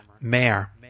Mayor